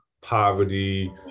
poverty